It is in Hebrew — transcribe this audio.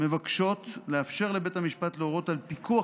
מבקשות לאפשר לבית המשפט להורות על פיקוח